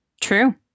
True